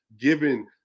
given